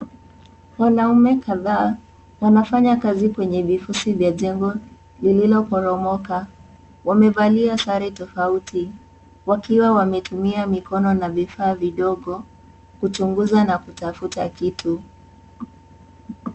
Wanaume kadhaa. Wanafanya kazi kwenye vifusi vya jengo lililoporomoka. Wamevalia sare tofauti wakiwa wametumia mikono na vifaa vidogo kuchunguza na kutafuta kitu.